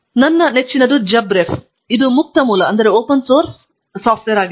ನನ್ನ ನೆಚ್ಚಿನದು JabRef ಇದು ಮುಕ್ತ ಮೂಲ ಮತ್ತು ಮುಕ್ತವಾಗಿ ಲಭ್ಯವಿರುವ ಸಾಫ್ಟ್ವೇರ್ ಆಗಿದೆ